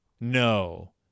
No